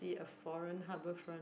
it a foreign harbourfront